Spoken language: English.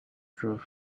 drove